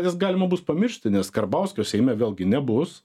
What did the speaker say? jas galima bus pamiršti nes karbauskio seime vėlgi nebus